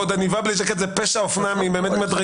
מה נוסח התקנות היום שפוטרות אתכם מפיקוח?